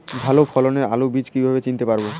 ভালো ফলনের আলু বীজ কীভাবে চিনতে পারবো?